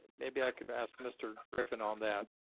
maybe i could ask mr. griffin on that.